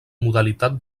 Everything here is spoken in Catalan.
modalitat